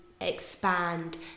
expand